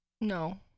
No